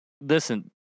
Listen